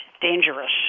dangerous